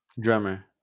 Drummer